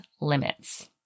limits